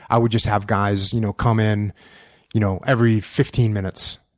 i would just have guys you know come in you know every fifteen minutes.